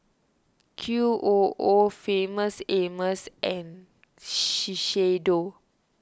Q O O Famous Amos and Shiseido